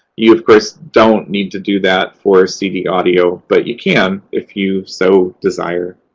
you, of course, don't need to do that for cd audio, but you can if you so desire.